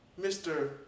Mr